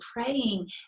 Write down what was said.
praying